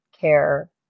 care